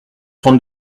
trente